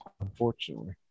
Unfortunately